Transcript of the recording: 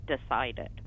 decided